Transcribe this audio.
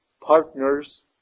partners